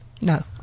No